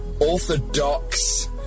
orthodox